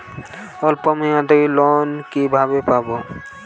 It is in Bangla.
অল্প মেয়াদি লোন কিভাবে পাব?